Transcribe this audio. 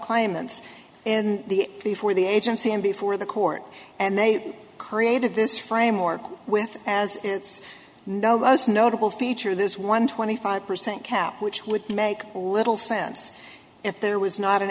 claimants in the before the agency and before the court and they created this framework with as its know most notable feature this one twenty five percent cap which would make little sense if there was not an